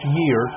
year